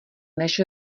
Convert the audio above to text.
než